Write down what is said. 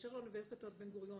לאשר לאוניברסיטת בן גוריון